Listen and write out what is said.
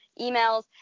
emails